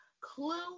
clue